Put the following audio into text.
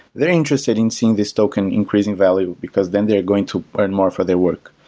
they're interested in seeing this token increasing value, because then they're going to earn more for their work.